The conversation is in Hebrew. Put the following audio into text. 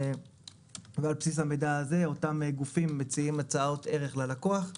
ועל בסיס המידע הזה אותם גופים מציעים הצעות ערך ללקוח.